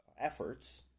efforts